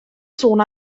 sôn